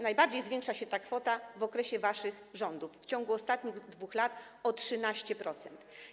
Najbardziej zwiększa się ta kwota w okresie waszych rządów, w ciągu ostatnich 2 lat o 13%.